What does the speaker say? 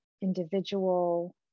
individual